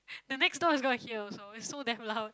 the next door is gonna hear also it's so damn loud